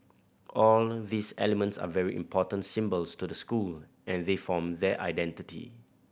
all these elements are very important symbols to the school and they form their identity